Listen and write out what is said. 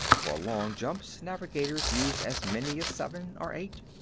for long jumps, navigators use as many as seven or eight.